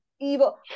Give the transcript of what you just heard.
evil